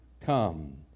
Come